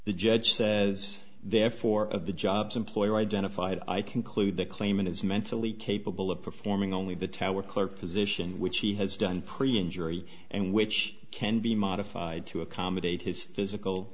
the judge says therefore of the jobs employer identified i conclude the claimant is mentally capable of performing only the tower clerk position which he has done pre injury and which can be modified to accommodate his physical